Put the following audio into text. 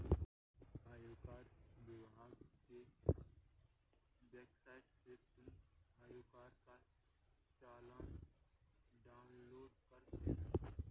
आयकर विभाग की वेबसाइट से तुम आयकर का चालान डाउनलोड कर लेना